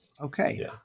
Okay